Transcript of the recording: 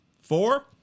Four